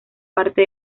parte